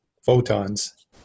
photons